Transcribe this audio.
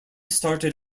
started